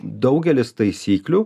daugelis taisyklių